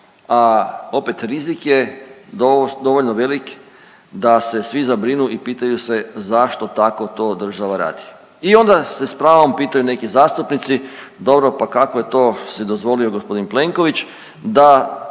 a opet rizik je dovoljno velik da se svi zabrinu i pitaju se zašto tako to država radi? I onda se s pravom pitaju neki zastupnici, dobro pa kako je to si dozvolio g. Plenković, da